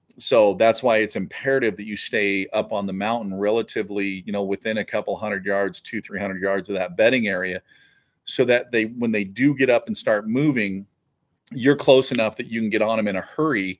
so that's why it's imperative that you stay up on the mountain relatively you know within a couple hundred yards to three hundred yards of that bedding area so that they when they do get up and start moving you're close enough that you can get on them in a hurry